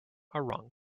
wrong